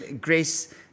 Grace